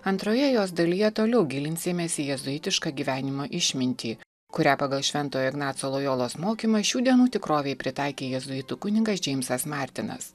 antroje jos dalyje toliau gilinsimės į jėzuitišką gyvenimo išmintį kurią pagal šventojo ignaco lojolos mokymą šių dienų tikrovei pritaikė jėzuitų kunigas džeimsas martinas